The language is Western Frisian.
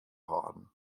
hâlden